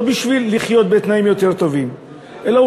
לא בשביל לחיות בתנאים יותר טובים אלא הוא